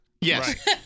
Yes